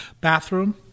bathroom